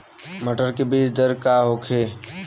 मटर के बीज दर का होखे?